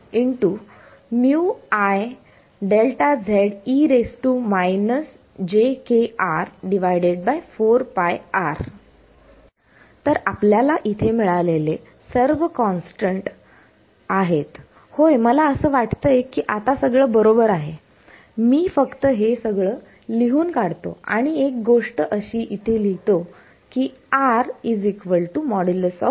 तर आपल्याला इथे मिळालेले सर्व कॉन्स्टंट आहेत होय मला असं वाटतंय कि आता सगळं बरोबर आहे मी फक्त हे सगळं लिहून काढतो आणि एक गोष्ट अशी इथे लिहितो की